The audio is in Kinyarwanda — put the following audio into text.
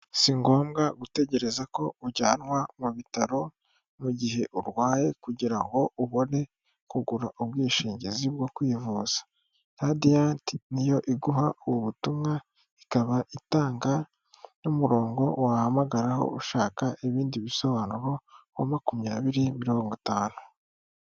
Si ngombwa gutegereza ko ujyanwa mu bitaro mu gihe urwaye kugira ngo ubone kugura ubwishingizi bwo kwivuza. Radiyanti niyo iguha ubu butumwa, ikaba itanga n'umurongo wahamagaraho ushaka ibindi bisobanuro wa makumyabiri mirongo itanu.